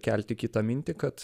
kelti kitą mintį kad